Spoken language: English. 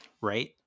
right